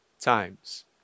times